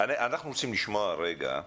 אנחנו רוצים לשמוע את